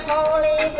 Holy